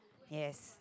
yes